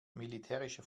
militärische